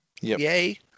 Yay